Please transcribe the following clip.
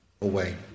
away